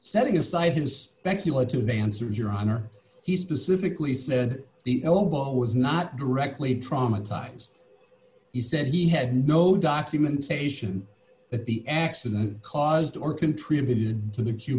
setting aside his speculative answers your honor he specifically said the elbow was not directly traumatized he said he had no documentation that the accident caused or contributed to the cute